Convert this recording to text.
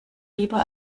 lieber